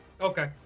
Okay